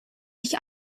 sich